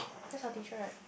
that's our teacher right